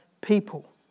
people